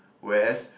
whereas